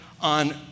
on